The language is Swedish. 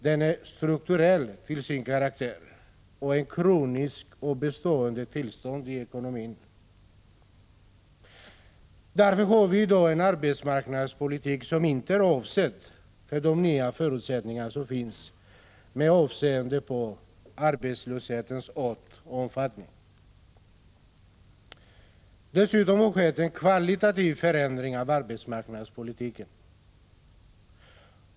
Den är strukturell till sin karaktär och är ett kroniskt och bestående tillstånd i ekonomin. Därför har vi i dag en arbetsmarknadspolitik som inte är avsedd för de nya förutsättningar som finns med avseende på arbetslöshetens art och omfattning. Dessutom har det skett en kvalitativ förändring av arbetsmarknadspolitiken.